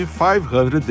500